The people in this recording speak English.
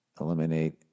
Eliminate